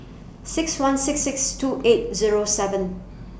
six one six six two eight Zero seven